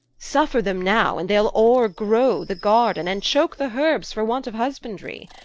suffer them now, and they'le o're-grow the garden, and choake the herbes for want of husbandry.